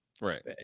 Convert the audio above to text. right